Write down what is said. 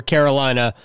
Carolina